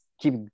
keep